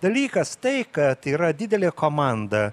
dalykas tai kad yra didelė komanda